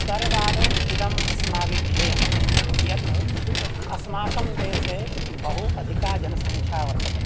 सर्वादौ इदं अस्माभिः ध्येयं यत् अस्माकं देशे बहु अधिका जनसङ्ख्या वर्तते